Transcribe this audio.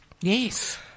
Yes